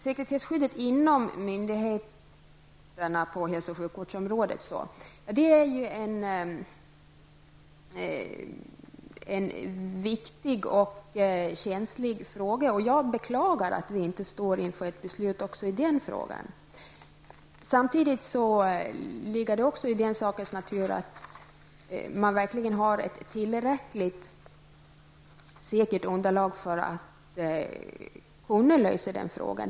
Sekretesskyddet inom myndigheter på hälso och sjukvårdsområdet är en viktig och känslig fråga. Jag beklagar att vi inte står inför ett beslut även i den frågan. Samtidigt ligger det i sakens natur att man måste ha ett tillräckligt säkert underlag för att kunna lösa den frågan.